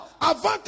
avant